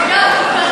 מסכנה,